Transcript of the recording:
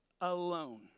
alone